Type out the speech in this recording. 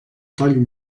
toll